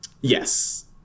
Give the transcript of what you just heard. Yes